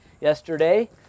yesterday